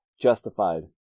Justified